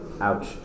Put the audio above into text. Ouch